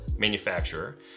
manufacturer